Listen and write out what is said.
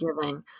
giving